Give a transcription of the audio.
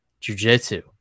jujitsu